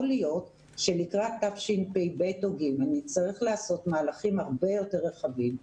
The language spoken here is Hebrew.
יכול להיות שלקראת תשפ"ב או תשפ"ג נצטרך לעשות מהלכים הרבה יותר רחבים,